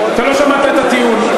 אתה לא שמעת את הטיעון.